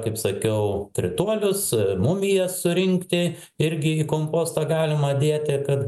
kaip sakiau krituolius mumijas surinkti irgi į kompostą galima dėti kad